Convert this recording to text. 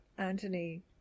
Anthony